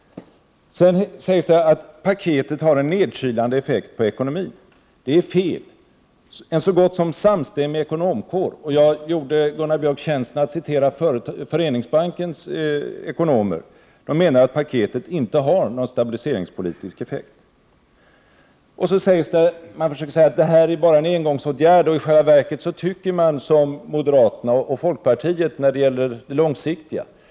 Sedan sägs det att paketet har en nedkylande effekt på ekonomin. Det är fel. En så gott som samstämmig ekonomkår — jag gjorde Gunnar Björk tjänsten att citera Föreningsbankens ekonomer — menar att paketet inte har någon stabiliseringspolitisk effekt. Centern säger att detta bara är en engångsåtgärd, och i själva verket har man samma uppfattning som moderaterna och folkpartiet när det gäller de långsiktiga effekterna.